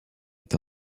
est